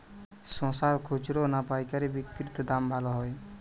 শশার খুচরা না পায়কারী বিক্রি তে দাম ভালো হয়?